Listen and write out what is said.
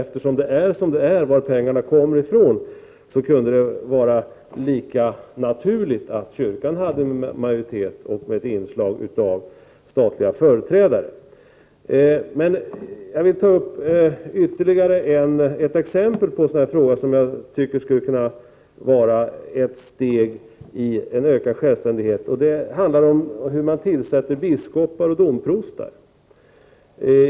Men med tanke på varifrån pengarna kommer kunde det vara naturligt att kyrkan hade majoritet i styrelsen med inslag av statliga företrädare. Jag vill ta upp ytterligare en sak som jag tycker skulle kunna vara ett steg i ökad självständighet. Det handlar om hur man tillsätter biskopar och domprostar.